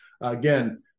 again